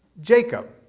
Jacob